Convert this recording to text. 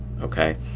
okay